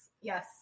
Yes